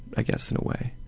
i guess, in a way.